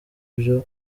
byo